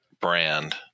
brand